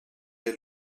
est